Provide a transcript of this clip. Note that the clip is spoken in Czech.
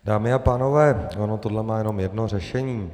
Dámy a pánové, ono toto má jenom jedno řešení.